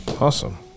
Awesome